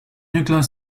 nuclear